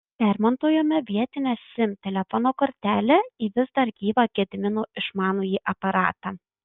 permontuojame vietinę sim telefono kortelę į vis dar gyvą gedimino išmanųjį aparatą